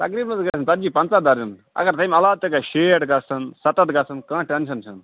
تقریٖبن حظ گَژھان ژتجی پنٛژاہ درجن اگر تَمہِ علاوٕ تہِ گَژھِ شیٹھ گَژھن سَتتھ گَژھن کانٛہہ ٹٮ۪نشن چھُنہٕ